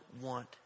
want